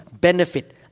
benefit